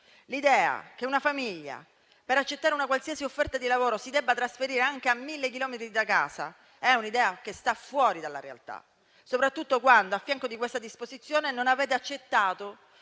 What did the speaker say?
L'idea che una famiglia, per accettare una qualsiasi offerta di lavoro, si debba trasferire anche a mille chilometri da casa è un'idea che sta fuori dalla realtà, soprattutto quando, a fianco di questa disposizione, non avete accettato